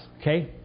Okay